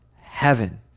heaven